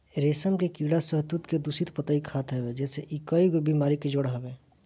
रेशम के कीड़ा शहतूत के दूषित पतइ खात हवे जेसे इ कईगो बेमारी के जड़ हवे